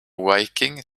viking